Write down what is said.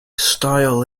style